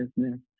business